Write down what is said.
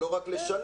ולא רק לשנן,